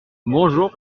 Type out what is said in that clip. bonjour